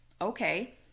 Okay